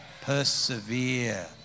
persevere